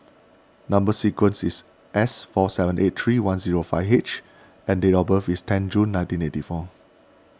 Number Sequence is S four seven eight three one zero five H and date of birth is ten June nineteen eighty four